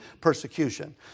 persecution